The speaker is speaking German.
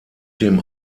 dem